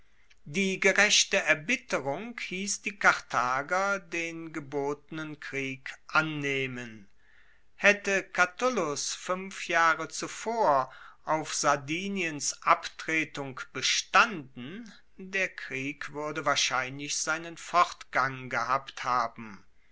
die gerechte erbitterung hiess die karthager den gebotenen krieg annehmen haette catulus fuenf jahre zuvor auf sardiniens abtretung bestanden der krieg wuerde wahrscheinlich seinen fortgang gehabt haben